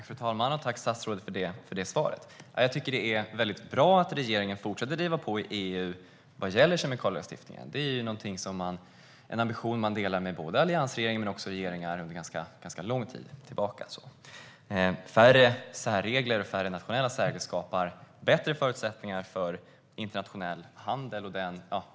Fru talman! Jag tackar för svaret. Jag tycker att det är väldigt bra att regeringen fortsätter att driva på i EU vad gäller kemikalielagstiftningen. Det är ju en ambition man delar med både den tidigare alliansregeringen och regeringar under ganska lång tid tillbaka. Färre särregler, och färre nationella särregler, skapar bättre förutsättningar för internationell handel.